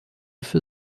für